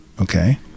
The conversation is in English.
Okay